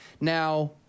Now